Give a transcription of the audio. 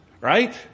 right